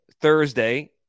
Thursday